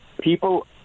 people